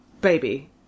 Baby